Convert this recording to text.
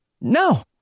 No